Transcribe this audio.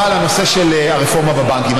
על הנושא של הרפורמה בבנקים.